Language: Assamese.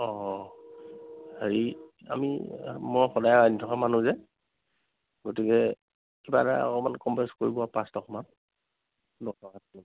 অঁ হেৰি আমি মই সদায় আনি থকা মানুহ যে গতিকে কিবা এটা অকণমান কম বেছ কৰিব আৰু পাঁচ টকা মান